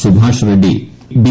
Subash Reddy B